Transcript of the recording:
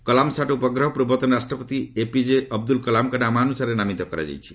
Kalam sat ଉପଗ୍ରହ ପୂର୍ବତନ ରାଷ୍ଟ୍ରପତି ଏପିକେ ଅବଦୁଲ୍ଲ କଲାମ୍ଙ୍କ ନାମାନୁସାରେ ନାମିତ କରାଯାଇଛି